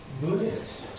Buddhist